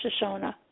Shoshona